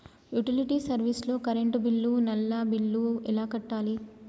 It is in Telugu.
యుటిలిటీ సర్వీస్ లో కరెంట్ బిల్లు, నల్లా బిల్లు ఎలా కట్టాలి?